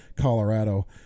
Colorado